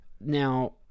Now